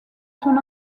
son